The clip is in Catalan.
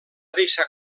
deixar